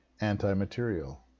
anti-material